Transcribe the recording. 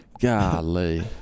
golly